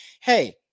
hey